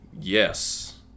yes